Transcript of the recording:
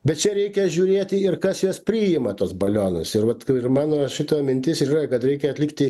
bet čia reikia žiūrėti ir kas jas priima tuos balionus ir vat ir mano šita mintis ir yra kad reikia atlikti